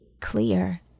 clear